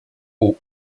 haut